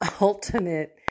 ultimate